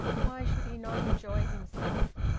why should he not enjoy himself?